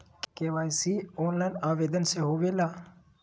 KYC online आवेदन से होवे ला?